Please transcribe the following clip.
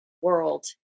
world